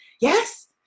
Yes